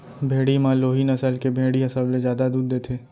भेड़ी म लोही नसल के भेड़ी ह सबले जादा दूद देथे